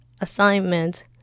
assignment